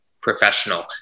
professional